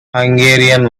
hungarian